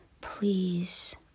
Please